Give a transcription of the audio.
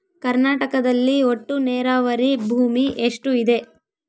ಕರ್ನಾಟಕದಲ್ಲಿ ಒಟ್ಟು ನೇರಾವರಿ ಭೂಮಿ ಎಷ್ಟು ಇದೆ?